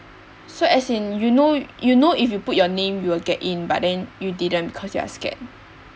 so as in you know you know if you put your name you will get in but then you didn't cause you are scared